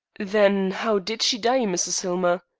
then how did she die, mrs. hillmer?